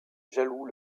jaloux